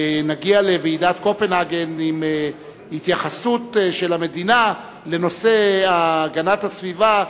נגיע לוועידת קופנהגן עם התייחסות של המדינה לנושא הגנת הסביבה,